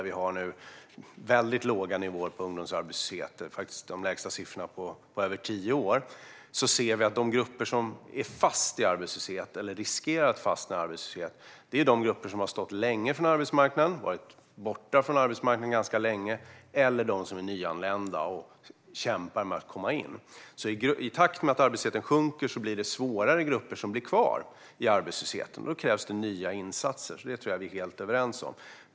Vi har nu väldigt låga nivåer på ungdomsarbetslösheten, faktiskt de lägsta siffrorna på över tio år. De grupper som är fast i arbetslöshet eller riskerar att fastna i arbetslöshet är de grupper som har varit borta från arbetsmarknaden ganska länge eller som är nyanlända och kämpar med att komma in. I takt med att arbetslösheten sjunker blir det svårare grupper som blir kvar i arbetslösheten, och då krävs det nya insatser. Det tror jag att vi är helt överens om.